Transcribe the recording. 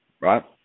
right